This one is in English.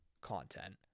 content